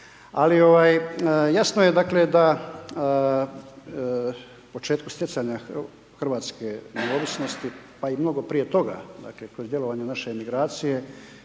Ali jasno je dakle da početku stjecanje hrvatske neovisnosti, pa i mnogo prije toga, dakle, kroz djelovanje naše migracije,